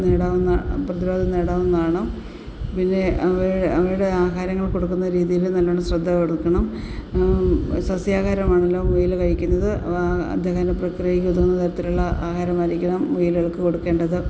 നേടവുന്ന പ്രതിരോധം നേടാവുന്നതാണ് പിന്നെ അവയുടെ അവയുടെ ആഹാരം കൊടുക്കുന്ന രീതിയിൽ നല്ലോണം ശ്രദ്ധ കൊടുക്കണം സസ്യാഹാരമാണല്ലോ മുയല് കഴിക്കുന്നത് ദഹനപ്രക്രിയയ്ക്ക് ഉതകുന്ന തരത്തിൽ ഉള്ള ആഹാരമായിരിക്കണം മുയലുകൾക്ക് കൊടുക്കേണ്ടത്